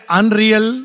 unreal